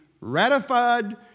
ratified